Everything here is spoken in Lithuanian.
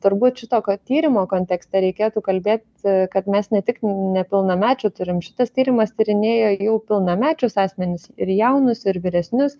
turbūt šito kad tyrimo kontekste reikėtų kalbėti kad mes ne tik nepilnamečių turim šitas tyrimas tyrinėja jau pilnamečius asmenis ir jaunus ir vyresnius